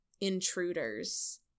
intruders